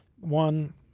one